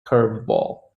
curveball